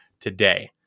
today